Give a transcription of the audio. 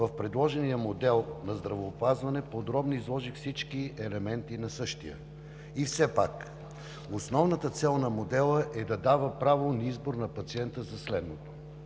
в предложения модел на здравеопазване подробно изложих всички елементи на същия. И все пак, основната цел на модела е да дава право на избор на пациента за следното: